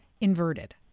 inverted